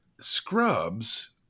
Scrubs